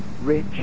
Rich